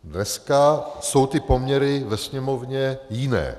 Dneska jsou ty poměry ve Sněmovně jiné.